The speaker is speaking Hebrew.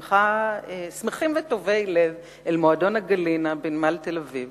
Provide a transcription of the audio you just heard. שמחים וטובי לב, אל מועדון ה"גלינה" בנמל תל-אביב.